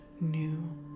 new